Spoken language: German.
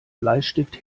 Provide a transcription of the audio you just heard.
bleistift